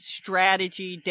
strategy